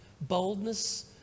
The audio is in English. boldness